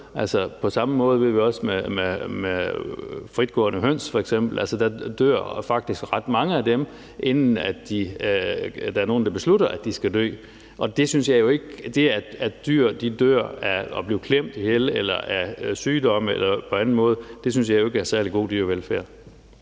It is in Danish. På samme måde ved vi også, at der faktisk dør ret mange fritgående høns, inden der er nogen, der beslutter, at de skal dø. Det, at dyr dør af at blive klemt ihjel, af sygdomme eller på anden måde, synes jeg jo ikke er særlig god dyrevelfærd.